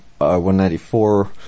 194